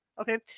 Okay